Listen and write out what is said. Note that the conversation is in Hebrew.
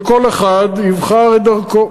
וכל אחד יבחר את דרכו